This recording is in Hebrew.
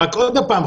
רק עוד פעם,